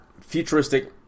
futuristic